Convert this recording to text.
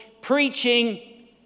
preaching